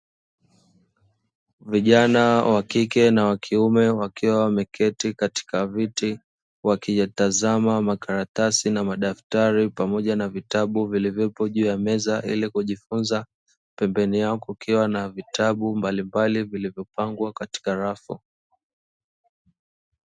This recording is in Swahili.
Vijana wa kike na wa kiume wakiwa wameketi katika viti, wakiyatazama makaratasi na madaftari pamoja na vitabu vilivyopo juu ya meza, ili kujifunza pembeni yao kukiwa na vitabu mbalimbali vilivyopangwa katika rafu.